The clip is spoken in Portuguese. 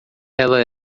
ela